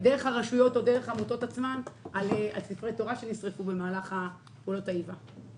דרך הרשויות או דרך העמותות על ספרי התורה שנשרפו במהלך פעולות האיבה.